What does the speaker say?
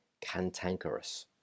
Cantankerous